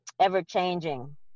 ever-changing